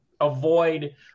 avoid